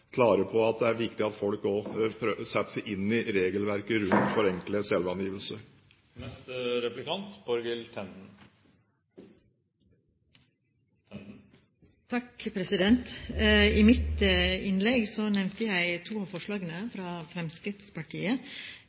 klare på at det er viktig at folk prøver å sette seg inn i regelverket rundt forenklet selvangivelse. I mitt innlegg nevnte jeg to av forslagene fra Fremskrittspartiet,